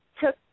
took